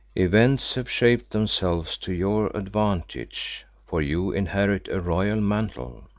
events have shaped themselves to your advantage, for you inherit a royal mantle.